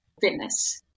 fitness